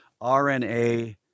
RNA